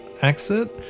exit